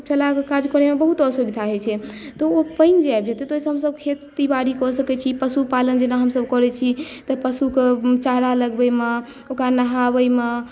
चलाकऽ काज करैमे बहुत असुविधा होइ छै तऽ ओ पानि जे आबि जेतै तऽ ओहिसॅं हमसभ खेती बाड़ी कऽ सकै छी पशुपालन जेना हमसभ करै छी तऽ पशुके चारा लगबै मे ओकरा नहाबै मे